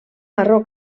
marró